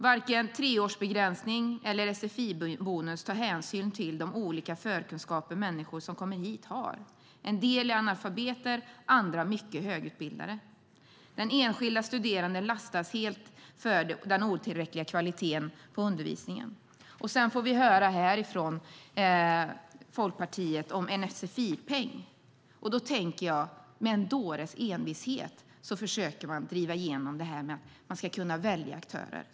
Varken treårsbegränsning eller sfi-bonus tar hänsyn till de olika förkunskaper människor som kommer hit har. En del är analfabeter, och andra är mycket högutbildade. Den enskilda studeranden lastas helt för den otillräckliga kvaliteten på undervisningen. Sedan får vi höra från Folkpartiet om en sfi-peng. Då tänker jag: Med en dåres envishet försöker man driva igenom att välja aktörer.